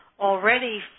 already